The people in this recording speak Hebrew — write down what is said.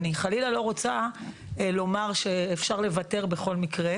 אני חלילה לא רוצה לומר שאפשר לוותר בכל מקרה,